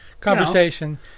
conversation